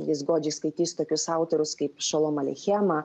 jis godžiai skaitys tokius autorius kaip šolomą aleichemą